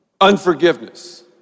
unforgiveness